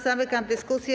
Zamykam dyskusję.